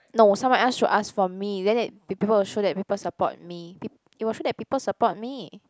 no someone else should ask for me then it people will show that people support me peo~ it will show that people support me